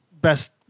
best